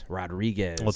Rodriguez